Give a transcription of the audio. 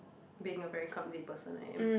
being a very clumsy person I am